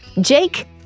Jake